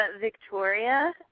Victoria